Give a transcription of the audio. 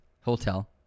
Hotel